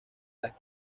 las